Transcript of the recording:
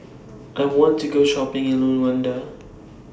I want to Go Shopping in Luanda